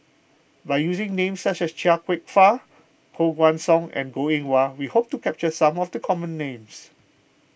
by using names such as Chia Kwek Fah Koh Guan Song and Goh Eng Wah we hope to capture some of the common names